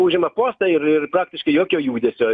užima postą ir ir praktiškai jokio judesio